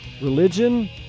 Religion